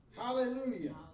hallelujah